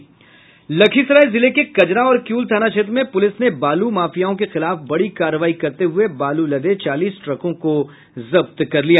लखीसराय जिले के कजरा और किऊल थाना क्षेत्र में पुलिस ने बालू माफियाओं के खिलाफ बड़ी कार्रवाई करते हुए बालू लदे चालीस ट्रकों को जब्त कर लिया